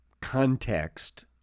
context